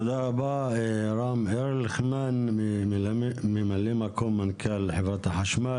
תודה רבה, רם ארליכמן, מ"מ מנכ"ל חברת החשמל.